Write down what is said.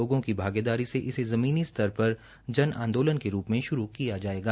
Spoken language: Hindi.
लोगों की भागीदारी से इसे ज़मीनी स्तर पर जन आंदोलन के रूप में शुरू किया जायेगा